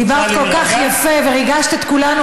דיברת כל כך יפה וריגשת את כולנו,